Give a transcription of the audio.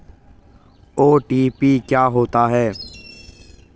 OTP क्या होता है?